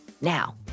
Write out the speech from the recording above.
Now